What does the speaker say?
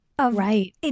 Right